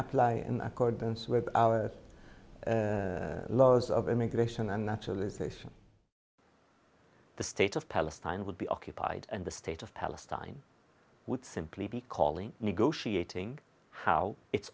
apply in accordance with our laws of immigration and naturalization the state of palestine would be occupied and the state of palestine would simply be calling negotiating how it